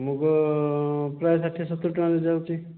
ମୁଗ ପ୍ରାୟ ଷାଠିଏ ସତୁରି ଟଙ୍କାରେ ଯାଉଛି